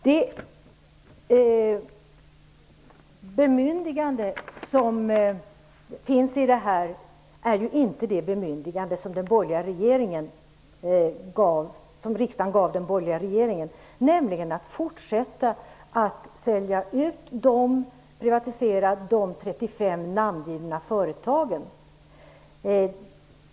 Detta bemyndigande är inte det bemyndigande som riksdagen gav den borgerliga regeringen, nämligen att fortsätta sälja ut och privatisera de 35 namngivna företagen.